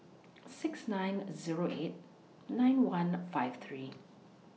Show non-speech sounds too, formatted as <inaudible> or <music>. six nine Zero <noise> eight nine one five three <noise>